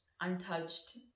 untouched